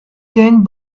changed